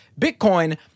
Bitcoin